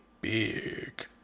big